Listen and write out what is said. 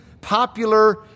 popular